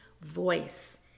voice